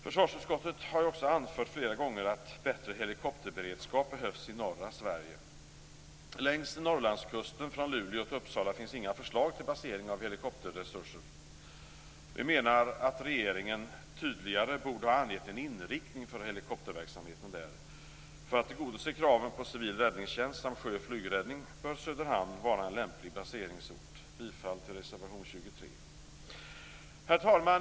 Försvarsutskottet har flera gånger anfört att bättre helikopterberedskap behövs i norra Sverige. Det finns inga förslag till basering av helikopterresurser längs Norrlandskusten från Luleå till Uppsala. Vi menar att regeringen tydligare borde ha angett en inriktning för helikopterverksamheten där. För att tillgodose kraven på civil räddningstjänst samt sjö och flygräddning bör Söderhamn vara en lämplig baseringsort. Jag yrkar bifall till reservation nr 23. Herr talman!